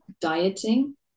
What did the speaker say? dieting